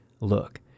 look